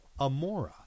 Amora